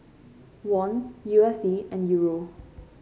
Won U S D and Euro